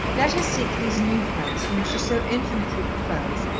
let her seek these new friends, whom she so infinitely prefers.